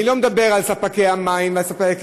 אני לא מדבר על ספקי המים ועל ספקי